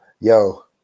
Yo